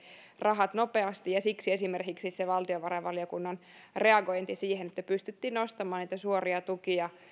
rahat nopeasti siksi esimerkiksi valtiovarainvaliokunnan reagointi siihen että pystyttiin nostamaan niitä suoria tukia